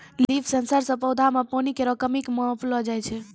leaf sensor सें पौधा म पानी केरो कमी क मापलो जाय छै